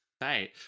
Right